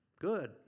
good